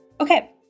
okay